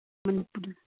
ꯎꯝ